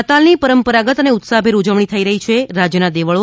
નાતાલની પરંપરાગત અને ઉત્સાહભેર ઉજવણી થઇ રહી છે રાજયના દેવળો